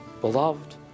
beloved